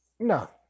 No